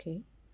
okay